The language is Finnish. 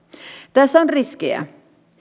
tässä on riskejä